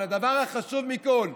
הדבר החשוב מכול,